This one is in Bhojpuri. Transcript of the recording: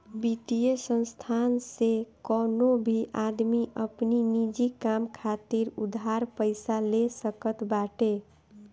वित्तीय संस्थान से कवनो भी आदमी अपनी निजी काम खातिर उधार पईसा ले सकत बाटे